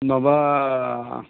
माबा